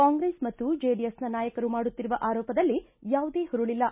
ಕಾಂಗ್ರೆಸ್ ಮತ್ತು ಜೆಡಿಎಸ್ನ ನಾಯಕರು ಮಾಡುತ್ತಿರುವ ಆರೋಪದಲ್ಲಿ ಯಾವುದೇ ಹುರುಳಿಲ್ಲ